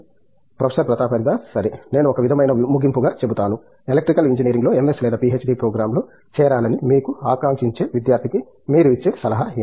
professor Pratap Haridas సరే నేను ఒక విధమైన ముగింపుగా చెబుతాను ఎలక్ట్రికల్ ఇంజనీరింగ్లో ఎంఎస్ లేదా పిహెచ్డి ప్రోగ్రామ్లో చేరాలని మీకు ఆకాంక్షించే విద్యార్థికి మీరు ఇచ్చే సలహా ఏమిటి